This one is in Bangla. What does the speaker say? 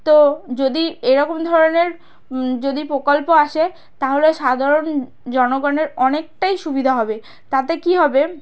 তো যদি এরকম ধরনের যদি প্রকল্প আসে তাহলে সাধারণ জনগণের অনেকটাই সুবিধা হবে তাতে কী হবে